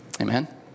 Amen